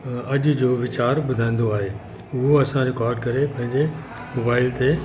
अॼु जो वीचार ॿुधाईंदो आहे उहो असां रिकॉर्ड करे पंहिंजे मोबाइल ते